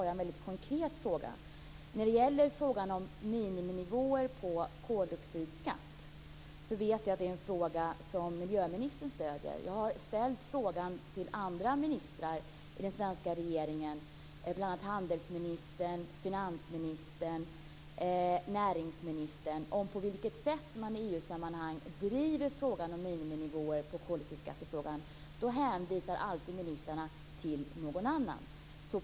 Jag vet att miljöministern stöder frågan om miniminivå på koldioxidskatt. Jag har ställt frågan till andra ministrar i den svenska regeringen, bl.a. handelsministern, finansministern och näringsministern, om på vilket sätt man i EU-sammanhang driver frågan om miniminivåer på koldioxidskatt. Då hänvisar ministrarna alltid till någon annan.